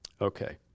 Okay